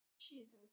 Jesus